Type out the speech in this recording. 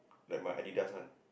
like my Adidas one